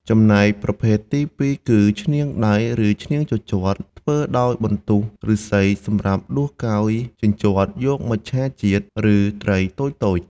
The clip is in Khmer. ចំណែកឯប្រភេទទីពីរគឺ ឈ្នាងដៃ ឬឈ្នាងជញ្ជាត់ ធ្វើដោយបន្ទោះឫស្សីសម្រាប់ដួសកោយ ជញ្ជាត់ យកមច្ឆជាតិ ឬត្រីតូចៗ។